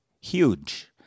huge